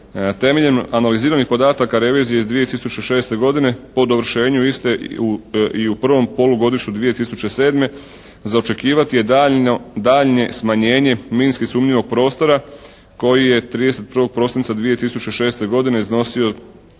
Temeljem analiziranih podataka revizije iz 2006. godine po dovršenju iste i u prvom polugodištu 2007. za očekivati je daljnje smanjenje minski sumnjivog prostora koji je 31. prosinca 2006. godine iznosio